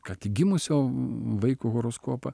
ką tik gimusio vaiko horoskopą